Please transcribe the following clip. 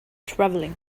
travelling